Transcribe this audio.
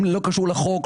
לא קשור לחוק.